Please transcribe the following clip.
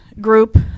group